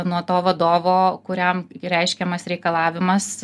nuo to vadovo kuriam reiškiamas reikalavimas